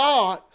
God